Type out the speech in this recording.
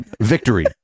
victory